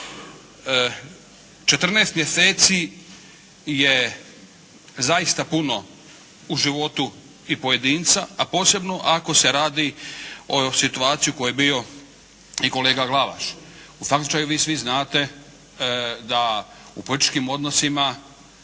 14 mjeseci je zaista puno u životu i pojedinaca a posebno ako se radi o situaciji u kojoj je bio i kolega Glavaš. U svakom slučaju vi svi znate da u političkim odnosima